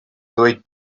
ddweud